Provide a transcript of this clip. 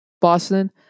Boston